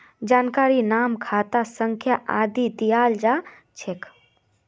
जानकारीत नाम खाता संख्या आदि दियाल जा छेक